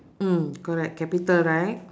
mm correct capital right